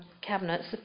Cabinet